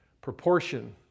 proportion